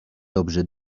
dobrzy